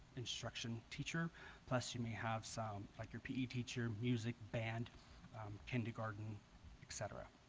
instruction teacher plus you may have some like your pe teacher music band kindergarten etc